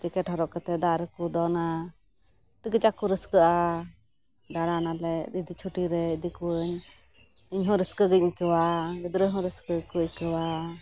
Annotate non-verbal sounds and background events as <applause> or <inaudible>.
jacket ᱦᱚᱨᱚᱜ ᱠᱟᱛᱮ ᱫᱟᱜ ᱨᱮ ᱠᱩ ᱫᱚᱱᱟ ᱟᱹᱰᱤ ᱠᱟᱡᱟᱜᱠᱩ ᱨᱟᱹᱥᱠᱟᱹᱜᱼᱟ ᱫᱟᱬᱟᱱ ᱟᱞᱮ <unintelligible> ᱪᱷᱩᱴᱤᱨᱮ ᱤᱫᱤ ᱠᱩᱣᱟᱹᱧ ᱤᱧᱦᱚᱸ ᱨᱟᱹᱥᱠᱟᱹᱜᱮᱧ ᱟᱹᱭᱠᱟᱹᱣᱟ ᱜᱤᱫᱽᱨᱟᱹᱦᱚᱸ ᱨᱟᱹᱥᱠᱟᱹᱜᱮ ᱠᱚ ᱟᱹᱭᱠᱟᱹᱣᱟ